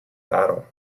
battle